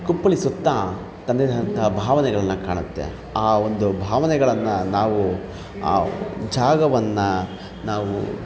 ಕುಪ್ಪಳಿಸುತ್ತಾ ತನ್ನದೇ ಆದಂತಹ ಭಾವನೆಗಳನ್ನು ಕಾಣುತ್ತೆ ಆ ಒಂದು ಭಾವನೆಗಳನ್ನು ನಾವು ಆ ಜಾಗವನ್ನು ನಾವು